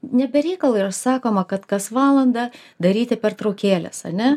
ne be reikalo yra sakoma kad kas valandą daryti pertraukėles ane